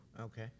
Okay